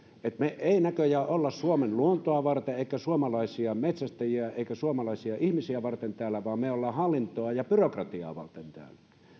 me siis emme näköjään ole suomen luontoa varten emmekä suomalaisia metsästäjiä emmekä suomalaisia ihmisiä varten täällä vaan me olemme hallintoa ja byrokratiaa varten täällä